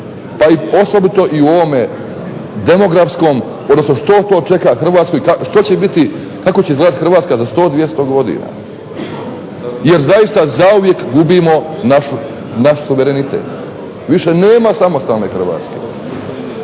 pa i osobito u ovome demografskom odnosno što to čeka Hrvatsku i što će biti kako će izgledati Hrvatska za 100, 200 godina. Jer zaista zauvijek gubimo naš suverenitet. Više nema samostalne Hrvatske.